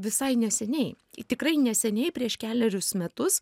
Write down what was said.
visai neseniai tikrai neseniai prieš kelerius metus